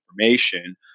information